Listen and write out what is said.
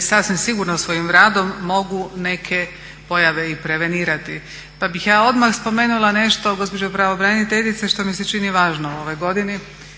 sasvim sigurno svojim radom mogu neke pojave i prevenirati. Pa bih ja odmah spomenula nešto gospođo pravobraniteljice što mi se čini važno u ovoj godini.